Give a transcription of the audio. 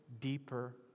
deeper